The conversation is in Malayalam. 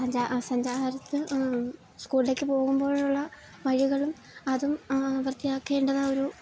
സഞ്ചാരത്തിൽ സ്കൂളിലേക്ക് പോകുമ്പോഴുള്ള വഴികളും അതും വൃത്തിയാക്കേണ്ടതായ ഒരു